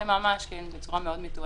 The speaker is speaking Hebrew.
עושים את זה בצורה מאוד מתואמת,